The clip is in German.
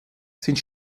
sind